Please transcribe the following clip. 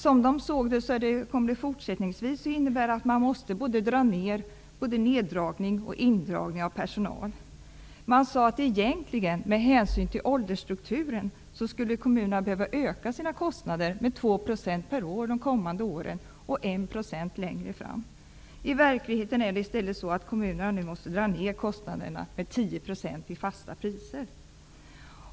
Som de såg det kommer den fortsättningsvis att innebära både neddragning och indragning av personal. De sade att kommunerna egentligen skulle behöva öka sina kostnader med 2 % per år de kommande åren och 1 % längre fram med hänsyn till åldersstrukturen. I verkligheten är det i stället så att kommunerna nu måste dra ner kostnaderna med 10 % i fasta priser.